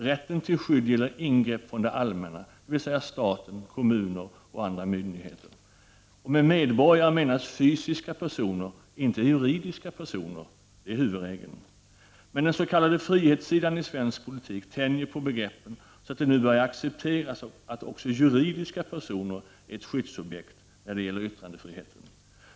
Rätt till skydd gäller ingrepp från det allmänna, dvs. staten, kommuner och myndigheter. Med medborgare menas fysiska personer, inte juridiska personer, det är huvudregeln, men den s.k. frihetssidan i svensk politik tänjer på begreppen så att det nu börjar accepteras att också juridiska personer är ett skyddsobjekt när det gäller yttrandefriheten.